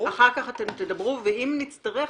אלון,